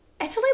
Italy